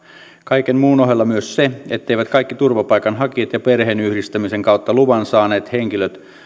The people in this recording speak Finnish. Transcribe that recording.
kaiken muun ohella myös se etteivät kaikki turvapaikanhakijat ja perheenyhdistämisen kautta luvan saaneet henkilöt